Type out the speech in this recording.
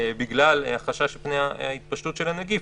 בגלל החשש מפני ההתפשטות של הנגיף,